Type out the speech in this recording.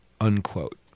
Unquote